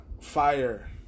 fire